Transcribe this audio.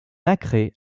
nacré